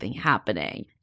happening